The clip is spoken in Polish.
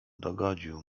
dogodził